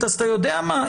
אז אתה יודע מה?